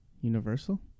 Universal